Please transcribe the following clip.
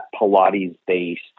Pilates-based